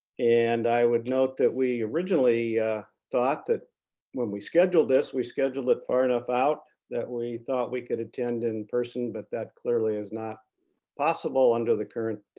and i would note that we originally thought that when we scheduled this, we scheduled it far enough out that we thought we could attend in person, but that clearly is not possible under the current